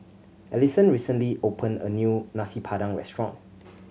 Alison recently opened a new Nasi Padang restaurant